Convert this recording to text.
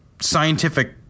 scientific